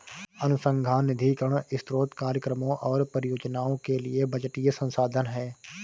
अनुसंधान निधीकरण स्रोत कार्यक्रमों और परियोजनाओं के लिए बजटीय संसाधन है